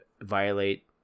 violate